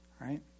right